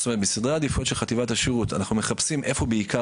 בסדרי העדיפויות של חטיבת השירות אנחנו מחפשים איפה בעיקר